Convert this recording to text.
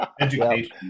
education